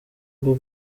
bwo